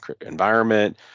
environment